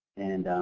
and,